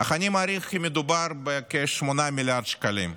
אך אני מעריך שמדובר בכ-8 מיליארד שקלים.